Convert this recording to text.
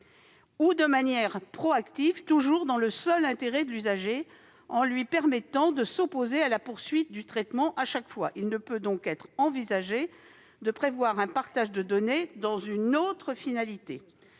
ou de manière proactive, toujours dans le seul intérêt de l'usager, et en lui permettant de s'opposer à la poursuite du traitement à chaque fois. Il ne peut donc être envisagé de prévoir un partage de données dans une autre finalité.